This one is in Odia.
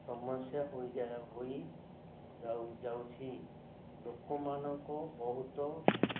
ସମସ୍ୟା ହୋଇ ହୋଇଯାଉଛି ଲୋକମାନଙ୍କ ବହୁତ